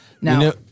Now